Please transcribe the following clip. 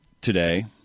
today